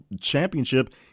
championship